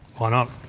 why not.